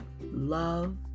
love